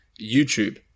YouTube